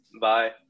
bye